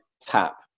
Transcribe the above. tap